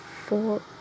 four